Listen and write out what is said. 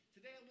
Today